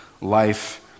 life